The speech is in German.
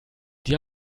die